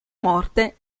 morte